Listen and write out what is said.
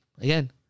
Again